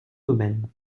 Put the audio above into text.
domaines